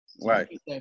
Right